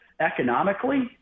economically